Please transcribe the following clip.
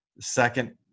second